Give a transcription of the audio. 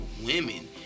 Women